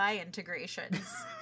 integrations